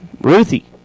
Ruthie